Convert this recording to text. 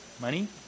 Money